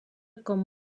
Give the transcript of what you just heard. com